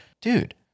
Dude